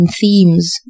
themes